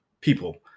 people